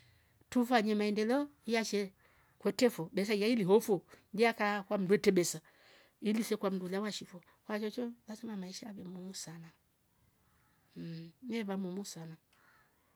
Tuvanye maendelo yashe kwetefo besa yeilivofo jakaa kwa mrwete besa ilizoko kwa mndulewa shifo wazosho lazima maisha memmung sana mmh nivrva mumu sana